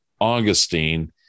Augustine